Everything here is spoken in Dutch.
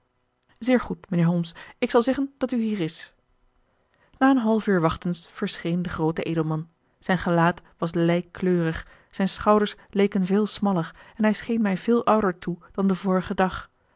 zeer goed mijnheer holmes ik zal zeggen dat u hier is na een half uur wachtens verscheen de groote edelman zijn gelaat was lijkkleurig zijn schouders leken veel smaller en hij scheen mij veel ouder toe dan den vorigen dag